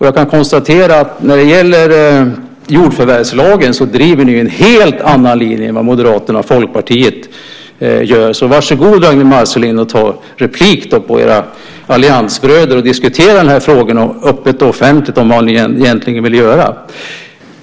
Jag kan konstatera att ni när det gäller jordförvärvslagen driver en helt annan linje än vad Moderaterna och Folkpartiet gör. Varsågod, Ragnwi Marcelind, att ta replik på era alliansbröder och diskutera de här frågorna öppet och offentligt vad ni egentligen vill göra!